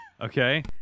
Okay